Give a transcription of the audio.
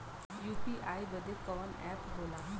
UPI बदे कवन app होला?